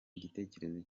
igitekerezo